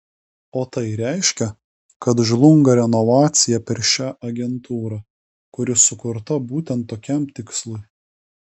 o tai reiškia kad žlunga renovacija per šią agentūrą kuri sukurta būtent tokiam tikslui